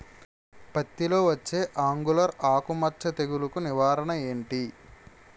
పత్తి లో వచ్చే ఆంగులర్ ఆకు మచ్చ తెగులు కు నివారణ ఎంటి?